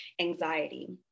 anxiety